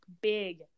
Big